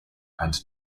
and